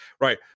Right